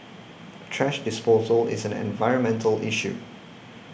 thrash disposal is an environmental issue